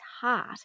heart